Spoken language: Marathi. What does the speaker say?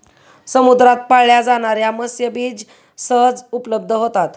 समुद्रात पाळल्या जाणार्या मत्स्यबीज सहज उपलब्ध होतात